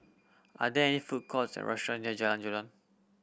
are there any food courts or restaurants near Jalan Jelutong